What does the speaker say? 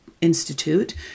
institute